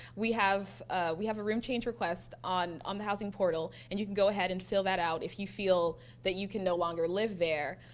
we have we have a room change request on on the housing portal and you can go ahead and fill that out if you feel that you can no longer live there,